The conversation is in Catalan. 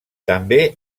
també